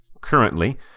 currently